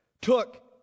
took